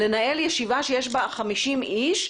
לנהל ישיבה שיש בה 50 אנשים.